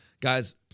guys